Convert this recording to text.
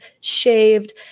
shaved